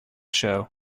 show